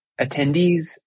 attendees